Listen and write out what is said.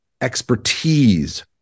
expertise